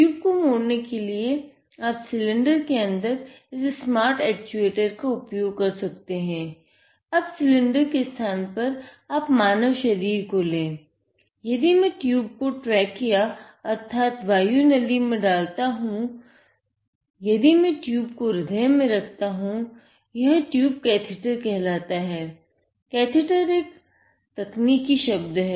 tube को मोडने के लिए आप सिलिंडर के अंदर इस स्मार्ट एक्चुएटर् एक तकनीकी शब्द है